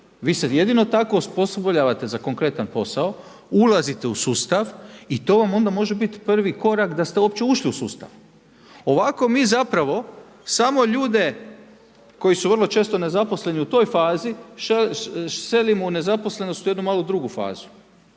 Vi se jedino tako osposobljavate za konkretan posao, ulazite u sustav i to vam onda može biti prvi korak da ste uopće ušli u sustav. Ovako mi zapravo samo ljude koji su vrlo često nezaposleni u toj fazi selimo u nezaposlenost u jedno malo drugu fazu.